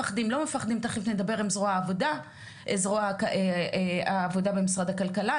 תיכף נדבר על זרוע העבודה במשרד הכלכלה,